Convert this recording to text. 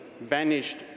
vanished